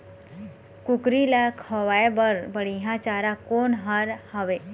कुकरी ला खवाए बर बढीया चारा कोन हर हावे?